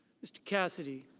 mr. cassidy.